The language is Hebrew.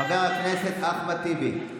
חבר הכנסת אחמד טיבי.